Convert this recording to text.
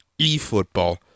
eFootball